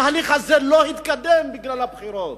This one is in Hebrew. התהליך הזה לא התקדם בגלל הבחירות,